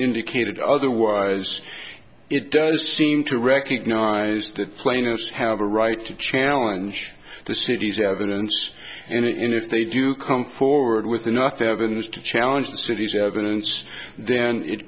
indicated otherwise it does seem to recognize the plaintiffs have a right to challenge the city's evidence and if they do come forward with enough evidence to challenge the city's evidence then it